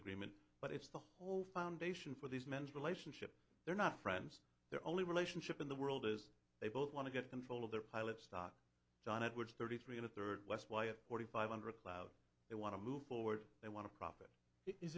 agreement but it's the whole foundation for these men's relationship they're not friends they're only relationship in the world is they both want to get control of their pilot stock john edwards thirty three and a third less wyatt forty five under a cloud they want to move forward they want to profit is